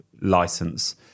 license